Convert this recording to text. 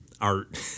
art